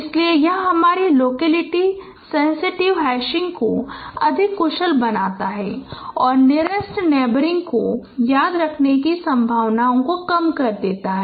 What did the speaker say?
इसलिए यह हमारे लोकलिटी सेंसिटिव हैशिंग को अधिक कुशल बनाता है और नियरेस्ट नेबर को याद करने की संभावना कम होगी